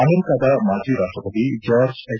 ಅಮೆರಿಕಾದ ಮಾಜಿ ರಾಷ್ಟಪತಿ ಜಾರ್ಜ್ ಎಚ್